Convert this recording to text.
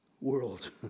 world